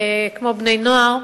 כמו בני-נוער,